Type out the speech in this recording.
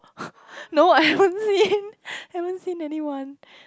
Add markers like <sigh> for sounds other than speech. <breath> no I haven't seen haven't seen anyone